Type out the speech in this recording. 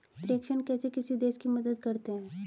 प्रेषण कैसे किसी देश की मदद करते हैं?